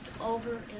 over